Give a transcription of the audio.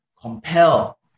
compel